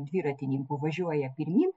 dviratininkų važiuoja pirmyn